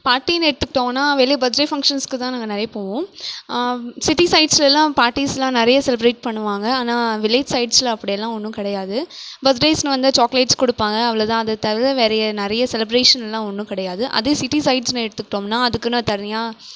பார்ட்டினு எடுத்துக்கிட்டோன்னா வெளியே பர்த்டே ஃபங்சன்ஸ்க்கு தான் நாங்கள் நிறையா போவோம் சிட்டி சைட்ஸ் எல்லாம் பார்ட்டிஸ்லாம் நிறைய செலிபிரேட் பண்ணுவாங்க ஆனால் வில்லேஜ் சைட்ஸில் அப்படியெல்லான் ஒன்றும் கிடையாது பர்த்டேஸ்னு வந்தால் சாக்லேட்ஸ் கொடுப்பாங்க அவ்வளதான் அதை தவிர வேறே நிறைய செலிபிரேஷன்லான் ஒன்றும் கிடையாது அதே சிட்டி சைட்ஸ்னு எடுத்துக்கிட்டோம்னால் அதுக்குனு தனியாக